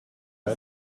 per